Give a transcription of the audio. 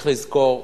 צריך לזכור,